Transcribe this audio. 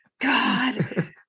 god